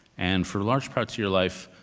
and for large parts of your life,